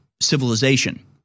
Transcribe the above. civilization